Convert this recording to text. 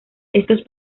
estos